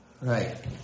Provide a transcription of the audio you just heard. Right